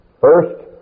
First